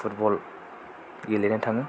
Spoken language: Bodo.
फुटबल गेलेनो थाङो